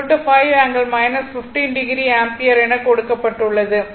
I 5∠ 15o ampere என கொடுக்கப்பட்டுள்ளது